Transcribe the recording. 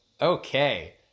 Okay